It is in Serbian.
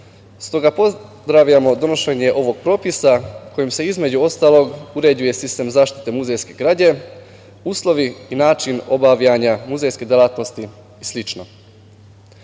stoga pozdravljamo donošenje ovog propisa kojim se između ostalog uređuje sistem zaštite muzejske građe, uslovi i način obavljanja muzejske delatnosti i